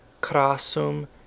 Crassum